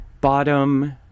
bottom-